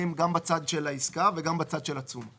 גם בצד של העסקה וגם בצד של התשומות,